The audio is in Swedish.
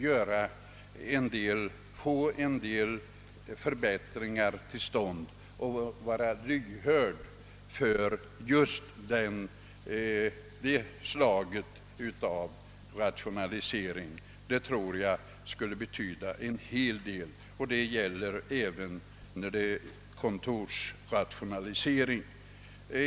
Genom att vara lyhörd för detta slag av rationaliseringsförslag skulle många förbättringar kunna genomföras. Detta gäller även kontorsrationalisering.